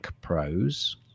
pros